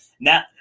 now